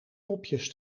mopjes